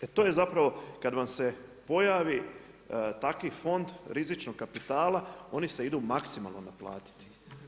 E to je zapravo kad vam se pojavi takvi fond rizičnog kapitala oni se idu maksimalno naplatiti.